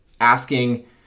asking